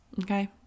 Okay